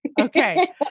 Okay